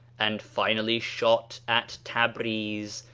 and finally shot at tabriz,